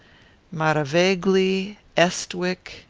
maravegli, estwick,